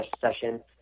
session